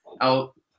out